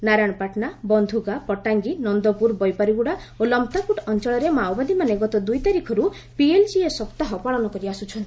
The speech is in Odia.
ନାରାୟଣପାଟଣା ବନ୍ଧୁଗାଁ ପଟାଙ୍ଗି ନ୍ଦପୁର ବୈପାରୀଗୁଡ଼ା ଓ ଲମତାପୁଟ ଅଞ୍ଞଳରେ ମାଓବାଦୀମାନେ ଗତ ଦୁଇ ତାରିଖରୁ ପିଏଲ୍ଜିଏ ସପ୍ତାହ ପାଳନ କରିଆସୁଛନ୍ତି